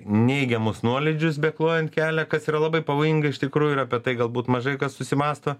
neigiamus nuolydžius beklojant kelią kas yra labai pavojinga iš tikrųjų ir apie tai galbūt mažai kas susimąsto